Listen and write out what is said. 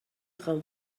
خوام